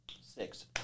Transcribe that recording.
Six